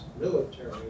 military